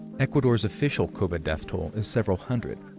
ecuador's official covid death toll is several hundred.